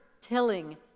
tilling